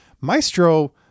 maestro